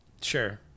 sure